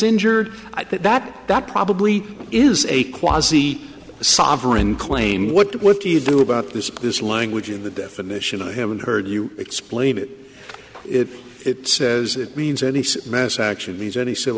injured i think that that probably is a quasi sovereign claim what do you do about this this language in the definition i haven't heard you explain it it says it means any mass action these any civil